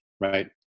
right